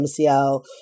MCL